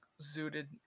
zooted